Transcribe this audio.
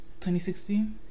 2016